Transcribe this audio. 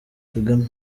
kagame